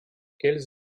quelles